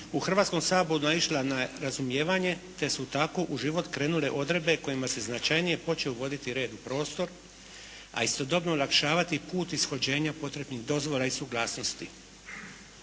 u Hrvatskom saboru naišla na razumijevanje te su tako u život krenule odredbe kojima se značajnije počeo uvoditi red u prostor, a istodobno olakšavati put ishođenja potrebnih dozvola i suglasnosti.